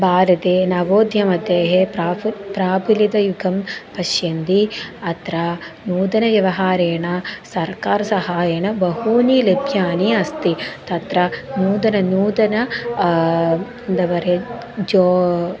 भारते नवोद्यममतेः प्राफु प्रफुल्लितयुगं पश्यन्ति अत्र नूतनव्यवहारेण सर्कारसहायेन बहूनि लभ्यानि अस्ति तत्र नूतनं नूतनं एन्द परयन् जो